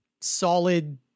solid